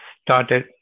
started